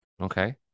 Okay